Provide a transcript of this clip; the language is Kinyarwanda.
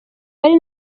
ari